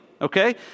okay